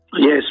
yes